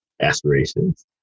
aspirations